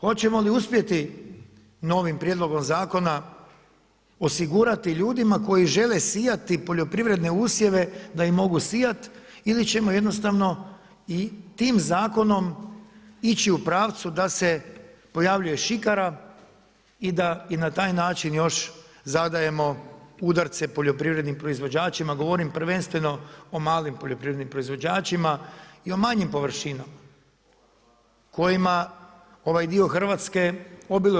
Hoćemo li uspjeti novim prijedlogom zakona osigurati ljudima koji žele sijati poljoprivredne usjeve, da im mogu sijat, ili ćemo jednostavno i tim zakonom ići u pravcu da se pojavljuje šikara i da na taj način još zadajemo udarce poljoprivrednim proizvođačima, govorim prvenstveno o poljoprivrednim proizvođačima i o manjim površinama kojima ovaj dio Hrvatske obiluje.